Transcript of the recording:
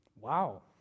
Wow